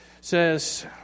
says